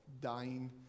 dying